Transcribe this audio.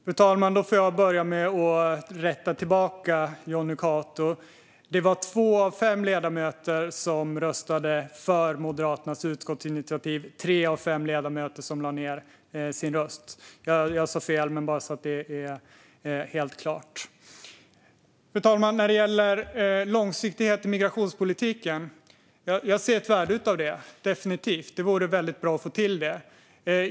Fru talman! Jag får börja med att rätta tillbaka Jonny Cato. Det var två av fem ledamöter som röstade för Moderaternas utskottsinitiativ och tre av fem ledamöter som lade ned sin röst. Jag sa fel, men bara så att det är helt klart. Fru talman! När det gäller långsiktighet i migrationspolitiken ser jag definitivt ett värde av det. Det vore väldigt bra att få till det.